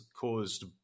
caused